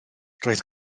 roedd